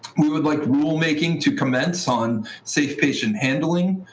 we would like rulemaking to commence on safe patient handling.